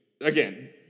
Again